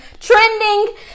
trending